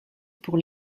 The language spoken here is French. pour